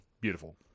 beautiful